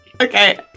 Okay